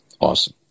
Awesome